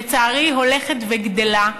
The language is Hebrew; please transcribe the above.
שלצערי הולכת וגדלה,